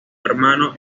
hermano